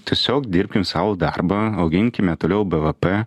tiesiog dirbkim savo darbą auginkime toliau bvp